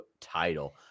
title